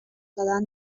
دادن